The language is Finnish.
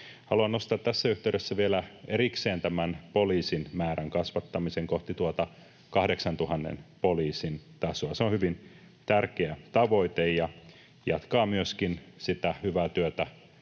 Haluan nostaa tässä yhteydessä vielä erikseen poliisin määrän kasvattamisen kohti 8 000 poliisin tasoa. Se on hyvin tärkeä tavoite ja jatkaa myöskin sitä hyvää työtä,